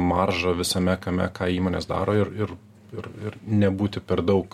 maržą visame kame ką įmonės daro ir ir ir ir nebūti per daug